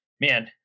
Man